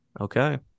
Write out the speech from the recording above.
Okay